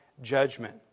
judgment